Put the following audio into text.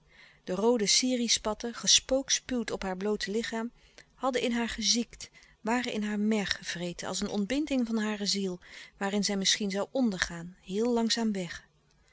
de roode sirih spatten gespookspuwd op haar bloote lichaam hadden in haar geziekt waren in haar merg gevreten als een ontbinding van hare ziel waarin zij misschien zoû ondergaan heel langzaam weg